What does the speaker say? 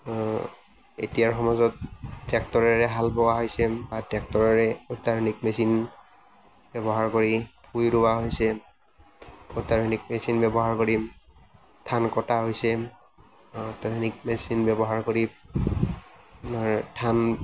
এতিয়াৰ সমাজত ট্ৰেক্টৰেৰে হাল বোৱা হৈছে বা ট্ৰেক্টৰেৰে অত্যাধুনিক মেচিন ব্যৱহাৰ কৰি ভূঁই ৰোৱা হৈছে অত্যাধুনিক মেচিন ব্যৱহাৰ কৰি ধান কটা হৈছে অত্যাধুনিক মেচিন ব্যৱহাৰ কৰি আপোনাৰ ধান